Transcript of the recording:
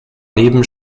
neben